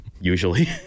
usually